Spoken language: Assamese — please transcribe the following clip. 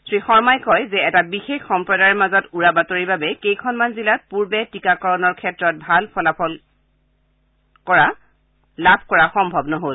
শ্ৰীশমহি কয় যে এটা বিশেষ সম্প্ৰদায়ৰ মাজত উৰা বাতৰিৰ বাবে কেইখনমান জিলাত পূৰ্বে টীকাকৰণৰ ক্ষেত্ৰত ভাল ফল লাভ কৰা সম্ভৱ নহল